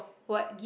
what